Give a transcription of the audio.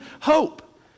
hope